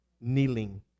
kneeling